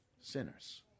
sinners